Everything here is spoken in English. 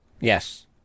Yes